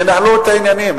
תנהלו את העניינים.